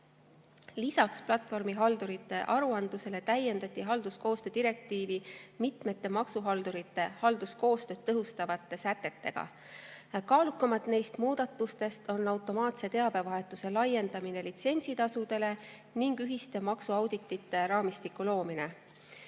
Lisaks platvormihaldurite aruandluse [sätetele] täiendati halduskoostöö direktiivi mitmete maksuhaldurite halduskoostööd tõhustavate sätetega. Kaalukamad neist muudatustest on automaatse teabevahetuse laiendamine litsentsitasudele ning ühiste maksuauditite raamistiku loomine.